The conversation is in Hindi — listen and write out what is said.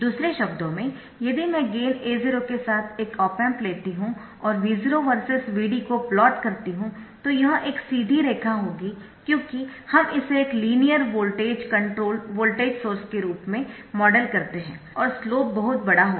दूसरे शब्दों में यदि मैं गेन A0 के साथ एक ऑप एम्प लेती हूं और V0 वर्सेस Vd को प्लॉट करती हूं तो यह एक सीधी रेखा होगी क्योंकि हम इसे एक linear voltage controlled voltage source के रूप में मॉडल करते है और स्लोप बहुत बड़ा होगा